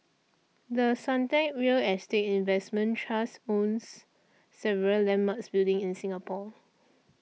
The Suntec real estate investment trust owns several landmark buildings in Singapore